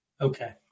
Okay